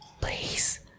Please